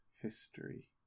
history